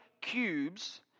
cubes